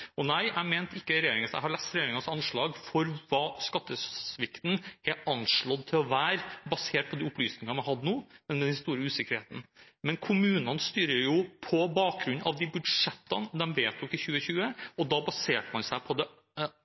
Jeg har lest regjeringens anslag for hva skattesvikten er anslått å være basert på de opplysningene vi har nå under den store usikkerheten. Men kommunene styrer jo på bakgrunn av de budsjettene de vedtok i 2020, og da baserte man seg på den antatte skatteinngangen for 2020. Det